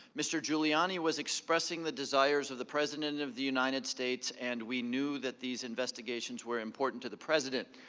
mr. giuliani was expressing the desires of the president of the united states, and we knew that these investigations were important to the president.